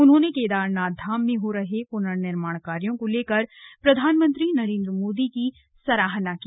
उन्होंने केदारनाथ धाम में हो रहे प्नर्निर्माण कार्यों को लेकर प्रधानमंत्री नरेंद्र मोदी की सराहना की